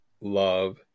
love